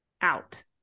out